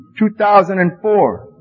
2004